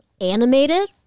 animated